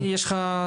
יש לך?